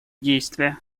действия